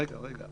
רגע.